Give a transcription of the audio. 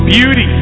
Beauty